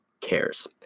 cares